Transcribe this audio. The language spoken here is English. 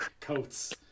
coats